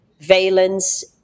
valence